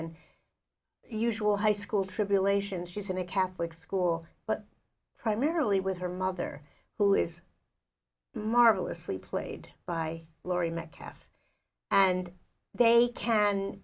and usual high school tribulations she's in a catholic school but primarily with her mother who is marvelously played by laurie metcalf and they can